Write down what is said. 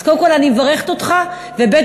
אז קודם כול אני מברכת אותך, וב.